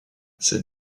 ces